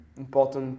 important